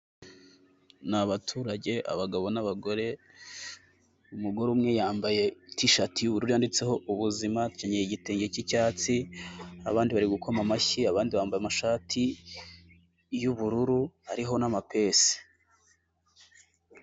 Ni abaturage abagabo n'abagore, umugore umwe yambaye tushati y'ubururu yanditseho ubuzima, akanyaye igitenge k'icyatsi, abandi bari gukoma amashyi, abandi bambaye amashati y'ubururu hariho n'amapesi.